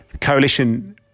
Coalition